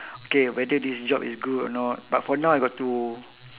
okay whether this job is good or not but for now I got to